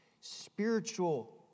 spiritual